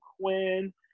Quinn